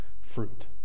fruit